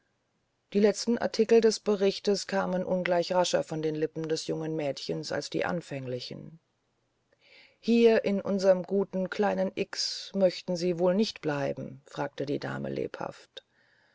die letzten artikel des berichtes kamen ungleich rascher von den lippen des jungen mädchens als die anfänglichen hier in unserem guten kleinen x möchten sie wohl nicht bleiben fragte die dame lebhaft